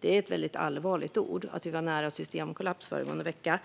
Det är väldigt allvarligt att säga att vi var nära systemkollaps föregående vecka.